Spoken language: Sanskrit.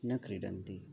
न क्रीडन्ति